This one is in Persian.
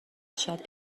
شاید